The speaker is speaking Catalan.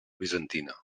bizantina